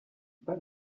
pas